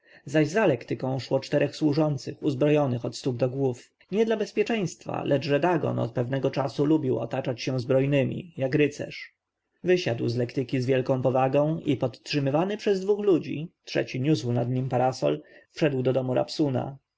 zaś za lektyką szło czterech służących uzbrojonych od stóp do głów nie dla bezpieczeństwa lecz że dagon od pewnego czasu lubił otaczać się zbrojnymi jak rycerz wysiadł z lektyki z wielką powagą i podtrzymywany przez dwóch ludzi trzeci niósł nad nim parasol wszedł do domu rabsuna